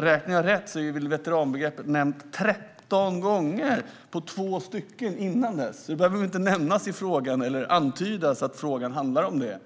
Räknar jag rätt är veteranbegreppet nämnt 13 gånger på två stycken före frågan, så det behöver inte nämnas i frågan eller antydas att frågan handlar om det.